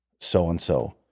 so-and-so